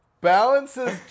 Balance's